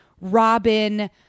Robin